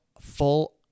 full